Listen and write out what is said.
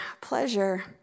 pleasure